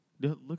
look